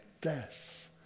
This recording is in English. death